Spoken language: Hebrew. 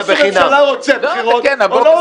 הממשלה רוצה בחירות או לא רוצה בחירות.